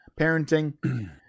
parenting